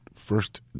First